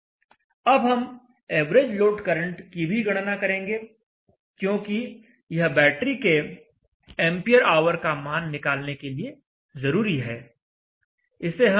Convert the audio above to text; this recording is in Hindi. अब हम एवरेज लोड करंट की भी गणना करेंगे क्योंकि यह बैटरी के एंपियर आवर का मान निकालने के लिए जरूरी है